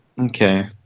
Okay